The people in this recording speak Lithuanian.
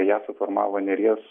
ją suformavo neries